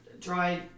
dry